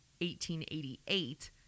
1888